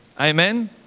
Amen